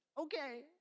Okay